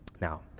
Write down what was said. Now